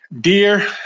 Dear